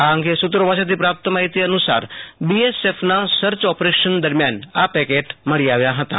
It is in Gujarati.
આ અંગે સૂત્રો પાસેથી પ્રાપ્ત માફિતી અનુસારબીએસએફના સર્થ ઓપરેશન દરમિયાન આ પેકેટ મળી આવ્યાં ફતાં